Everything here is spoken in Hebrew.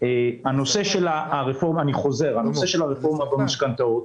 באשר לרפורמה במשכנתאות,